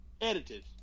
edited